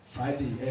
Friday